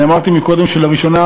אני אמרתי קודם שלראשונה,